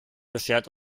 beschert